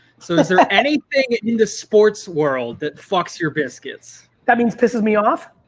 so is there anything in the sports world that fucks your biscuits? that means pisses me off?